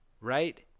right